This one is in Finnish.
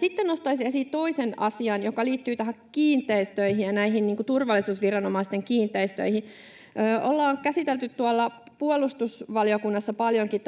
Sitten nostaisin esiin toisen asian, joka liittyy kiinteistöihin ja turvallisuusviranomaisten kiinteistöihin. Ollaan käsitelty puolustusvaliokunnassa paljonkin